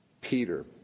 Peter